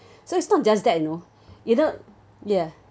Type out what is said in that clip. so it's not just that you know you know ya